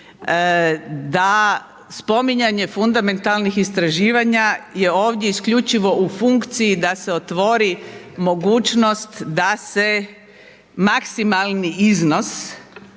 da spominjanje fundamentalnih istraživanja je ovdje isključivo u funkciji da se otvori mogućnost da se maksimalni iznos